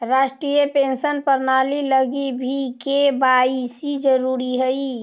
राष्ट्रीय पेंशन प्रणाली लगी भी के.वाए.सी जरूरी हई